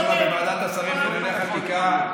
נדונה בוועדת השרים לענייני חקיקה,